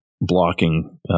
blocking